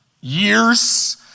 years